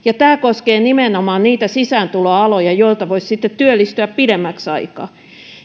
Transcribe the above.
tämä koskee nimenomaan niitä sisääntuloaloja joilta voisi sitten työllistyä pidemmäksi